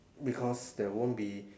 because there won't be